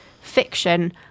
fiction